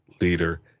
leader